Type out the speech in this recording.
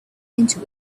into